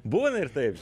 būna ir taip